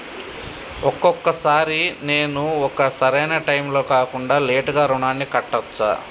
ఒక్కొక సారి నేను ఒక సరైనా టైంలో కాకుండా లేటుగా రుణాన్ని కట్టచ్చా?